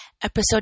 Episode